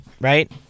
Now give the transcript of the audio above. right